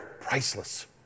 priceless